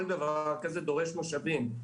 כל דבר כזה דורש משאבים.